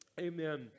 Amen